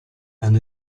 and